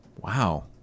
Wow